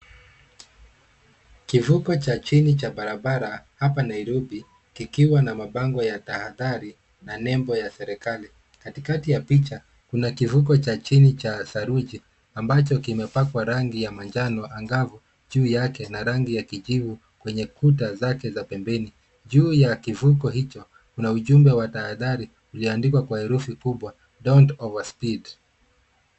Kivuko cha chini cha barabara hapa Nairobi, kikiwa na mabango ya tahadhari na nembo ya serikali. Katikati ya picha, kuna kivuko cha chini cha saruji ambacho kimepakwa rangi ya manjano angavu juu yake na rangi ya kijivu kwenye kuta zake za pembeni. Juu ya kivuko hicho, kuna ujumbe wa tahadhari uliandikwa kwa herufi kubwa don't over speed .